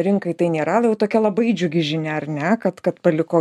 rinkai tai nėra jau tokia labai džiugi žinia ar ne kad kad paliko